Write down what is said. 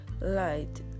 light